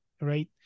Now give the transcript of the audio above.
right